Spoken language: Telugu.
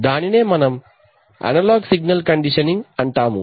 దానినే మనం మనము అనలాగ్ సిగ్నల్ కండిషనింగ్ అంటాము